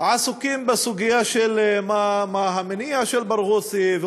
עסוקים בסוגיה של מה המניע של ברגותי הוא